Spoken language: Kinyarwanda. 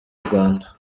rwanda